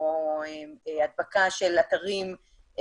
או הדבקה של אתרים,